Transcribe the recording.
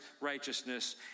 righteousness